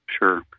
Sure